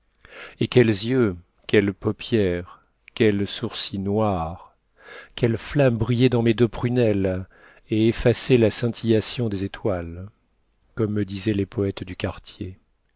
et quels yeux quelles paupières quels sourcils noirs quelles flammes brillaient dans mes deux prunelles et effaçaient la scintillation des étoiles comme me disaient les poètes du quartier